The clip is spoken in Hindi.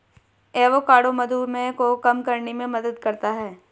एवोकाडो मधुमेह को कम करने में मदद करता है